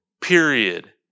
Period